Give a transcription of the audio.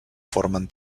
formen